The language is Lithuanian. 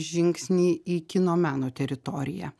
žingsnį į kino meno teritoriją